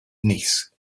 niece